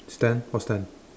stand what stand